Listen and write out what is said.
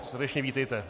Srdečně vítejte.